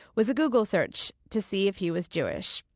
was a google search to see if he was jewish.